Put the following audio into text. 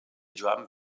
joan